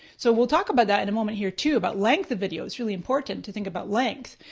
so we'll talk about that and moment here too about length of video. it's really important to think about length.